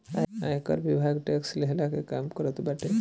आयकर विभाग टेक्स लेहला के काम करत बाटे